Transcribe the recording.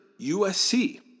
USC